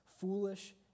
foolish